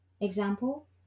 Example